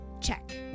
check